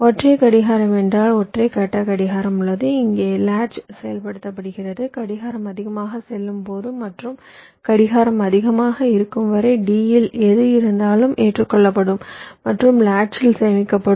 ஒற்றை கடிகாரம் என்றால் ஒற்றை கட்ட கடிகாரம் உள்ளது இங்கே லாட்ச் செயல்படுத்தப்படுகிறது கடிகாரம் அதிகமாகச் செல்லும் போது மற்றும் கடிகாரம் அதிகமாக இருக்கும் வரை D யில் எது இருந்தாலும் ஏற்றுக்கொள்ளப்படும் மற்றும் லாட்ச்சில் சேமிக்கப்படும்